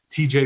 TJ